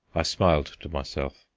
i smiled to myself.